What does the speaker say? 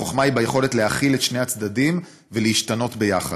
החוכמה היא ביכולת להכיל את שני הצדדים ולהשתנות יחד.